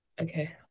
Okay